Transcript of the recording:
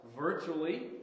virtually